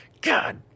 God